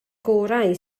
gorau